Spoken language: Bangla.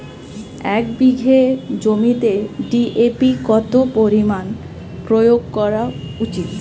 এক বিঘে জমিতে ডি.এ.পি কত পরিমাণ প্রয়োগ করা উচিৎ?